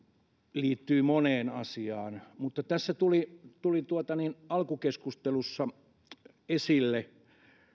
liittyy moneen asiaan tässä tuli tuli alkukeskustelussa esille